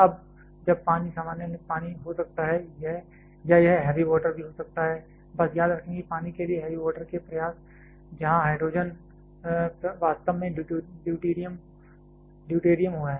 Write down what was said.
अब जब पानी सामान्य पानी हो सकता है या यह हैवी वाटर भी हो सकता है बस याद रखें कि पानी के लिए हैवी वाटर के प्रयास जहां हाइड्रोजन वास्तव में ड्यूटेरियम है